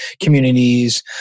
communities